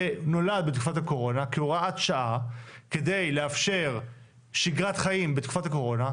זה נולד בתקופת הקורונה כהוראת שעה כדי לאפשר שגרת חיים בתקופת הקורונה,